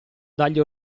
dagli